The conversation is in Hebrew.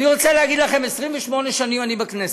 אני רוצה להגיד לכם: 28 שנים אני בכנסת.